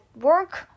work